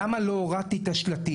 למה לא הורדתי את השלטים.